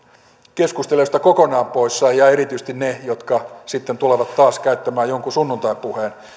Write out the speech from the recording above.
keskustelijoista kokonaan poissa ja erityisesti ne jotka sitten tulevat taas käyttämään jonkun sunnuntaipuheen